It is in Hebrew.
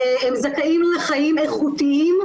זכאים לחיים איכותיים,